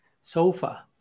sofa